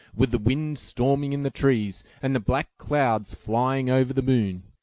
with the wind storming in the trees, and the black clouds flying over the moon.